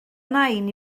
nain